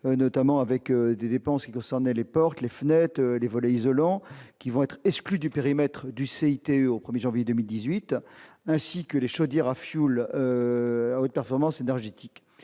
notamment avec des dépenses qui concernait les portes, les fenêtre s'et les volets isolants qui vont être exclus du périmètre du CIT au 1er janvier 2018 ainsi que les chaudières à fioul à haute performance énergétique